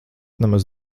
nemaz